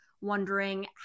wondering